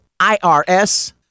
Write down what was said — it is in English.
IRS